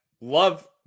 love